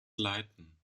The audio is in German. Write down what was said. leiten